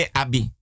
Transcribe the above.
abi